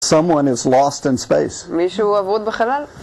מישהו אבוד בחלל?